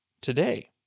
today